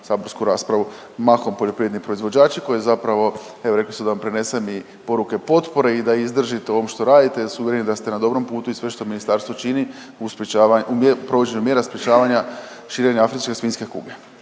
saborsku raspravu, mahom poljoprivredni proizvođači koji zapravo, evo rekli su mi da vam prenesem i poruke potpore i da izdržite ovo što radite jer su uvjereni da ste na dobrom putu i sve što ministarstvo čini u .../nerazumljivo/... u provođenju mjera sprječavanja širenja afričke svinjske kuge.